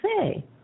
say